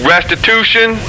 Restitution